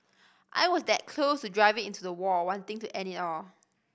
I was that close to driving into the wall wanting to end it all